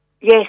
Yes